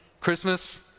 Christmas